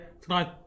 tonight